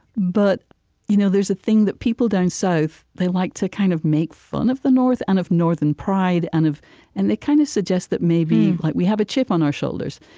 but you know there's a thing that people down south, they like to kind of make fun of the north and of northern pride. and and they kind of suggest that maybe like we have a chip on our shoulders,